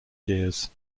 gears